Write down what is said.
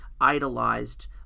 idolized